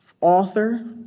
author